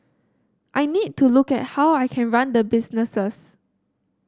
I need to look at how I can run the businesses